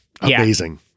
Amazing